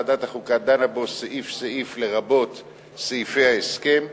ועדת החוקה דנה בו סעיף-סעיף, לרבות סעיפי ההסכם.